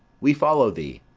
we follow thee.